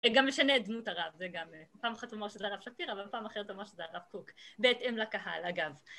גם משנה את דמות הרב, זה גם… פעם אחת נאמר שזה הרב שפירא ופעם אחרת ממש זה הרב קוק, בהתאם לקהל אגב.